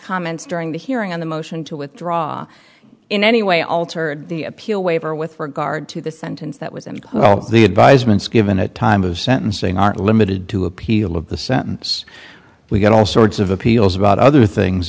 comments during the hearing on the motion to withdraw in any way altered the appeal waiver with regard to the sentence that was the advisements given a time of sentencing aren't limited to appeal of the sentence we get all sorts of appeals about other things